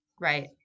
Right